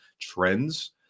trends